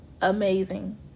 amazing